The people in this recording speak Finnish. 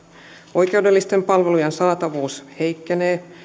oikeudellisten palvelujen saatavuus heikkenee